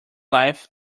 life